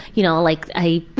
you know, like i,